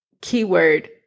keyword